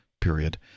period